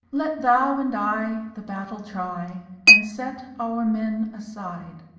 let thou and i the battell trye, and set our men aside.